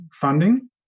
funding